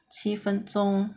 七分钟